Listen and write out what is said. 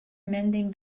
mending